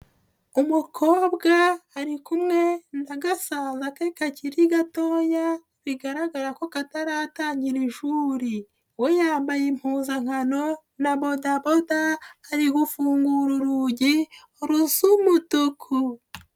Umukobwa ari kumwe na gasaza ke kakiri gatoya, bigaragara ko kataratangira ishuri. We yambaye impuzankano na bodaboda, ari gufungura urugi rusa umutuku.